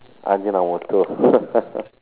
I mean I was told